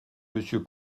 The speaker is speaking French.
monsieur